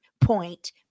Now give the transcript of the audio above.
Point